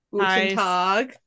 hi